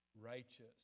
righteous